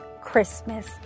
Christmas